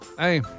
Hey